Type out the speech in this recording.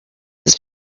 this